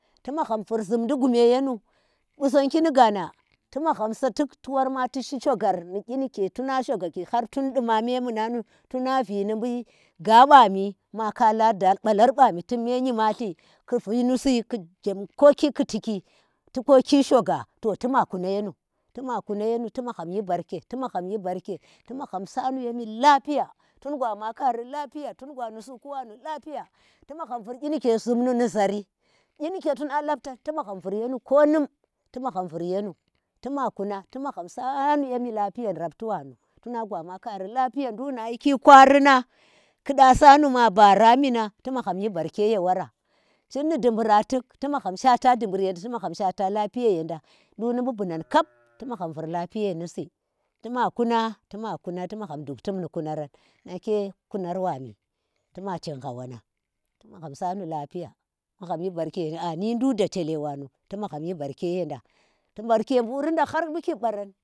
Tu magham vur zumdi gme yonu, qusongir ni gana ti magham sa ti shi shogar ni kyi nike tuna shoga ki har tuu duna tuna vi nu bi ghaa ba mi tuna da babar bani tuu me nyimalti ku vinu si koki ku tiki, ti koki shoga to tima kuna yenu tuma kuna yenu tu mag ham shi barke tu naghanm sanu yenu lafiya, tun gwa ma khari Lafiya, tun gwa nusu ku wanu Lafiya ti magham vur gyi nike zhun nu ni zhari. Kyi nike zhun nu ni zhari kyi nike tuna tuna labtan, tu magham vur yonu, ko num tu magham vur yenu, tu ma kuna, ti magham saanu ye mi lafiya ndi rafti wanu. tuna gwa na kari lafiya nduk na yiki kwari nan ki da sanu ma bara mi nang kumagham yi barke ye wora. tunu di bura tuk ti magham shata dubur yor ti magahm shata lafiye yenda naduk nibu bunan kab ti magham vur lafiye nisi tima kuna tima kunati magham duk timi ni kunanram nake kunar wani tuma chin hha wonang, nagham sanu Lafiya magham yi barke ye anyi duk da chelel banu, tu nagham yi barke yenda tu barke burida har bu kib baram.